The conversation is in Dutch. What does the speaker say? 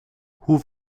hoe